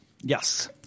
Yes